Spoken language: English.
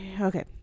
Okay